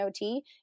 OT